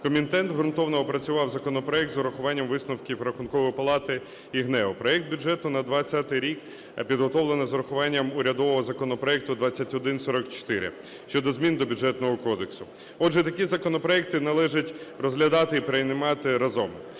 комітет ґрунтовно опрацював законопроект з врахуванням висновків Рахункової палати і ГНЕУ. Проект бюджету на 20-й рік підготовлено з урахуванням урядового законопроекту 2144 щодо змін до Бюджетного кодексу. Отже, такі законопроекти належить розглядати і приймати разом.